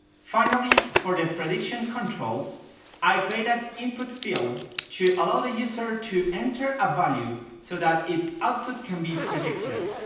finally for the prediction controls i create an input field to allow the user to enter a value so that its output can be predicted,